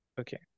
Okay